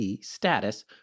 status